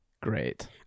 Great